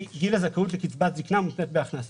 היא גיל הזכאות לקצבת זקנה מותנית בהכנסה.